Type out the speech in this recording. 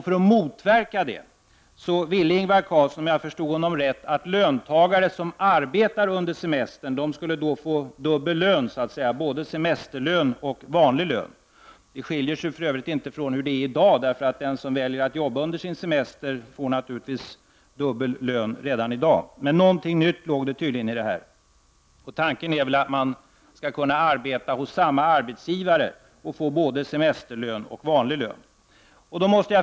För att motverka detta ville Ingvar Carlsson, om jag förstod honom rätt, att löntagare som arbetar under semestern skulle få dubbel lön, dvs. både semesterlön och vanlig lön. Det skiljer ju sig för Övrigt inte från hur det är i dag. Den som väljer att arbeta under sin semester får naturligtvis dubbel lön redan i dag. Men något nytt låg det tydligen i detta förslag. Tanken är väl att man skall kunna arbeta hos samma arbetsgivare och få både semesterlön och vanlig lön.